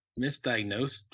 misdiagnosed